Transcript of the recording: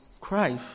Christ